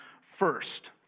first